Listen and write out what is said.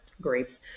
grapes